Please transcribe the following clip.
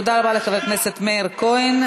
תודה רבה לחבר הכנסת מאיר כהן.